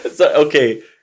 okay